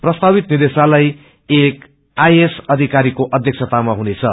प्रस्तावित निदेशालय एक आइ एएस अविकरीको अध्यक्षतामा हुनेछ